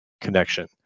connection